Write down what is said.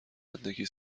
اندکی